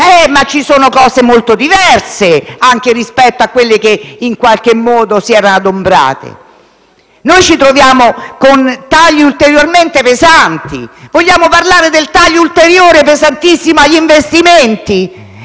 vedere, ci sono cose molto diverse anche rispetto a quelle che in qualche modo si erano adombrate. Noi ci troviamo con ulteriori tagli pesanti. Vogliamo parlare dell'ulteriore pesantissimo taglio agli investimenti?